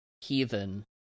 heathen